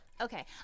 Okay